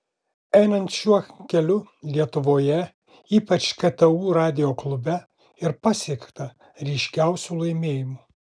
einant šiuo keliu lietuvoje ypač ktu radijo klube ir pasiekta ryškiausių laimėjimų